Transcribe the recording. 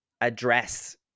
address